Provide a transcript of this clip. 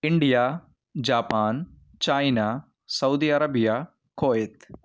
India Japan China Saudi Arabia Kuwait